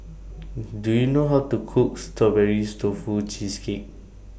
Do YOU know How to Cook Strawberries Tofu Cheesecake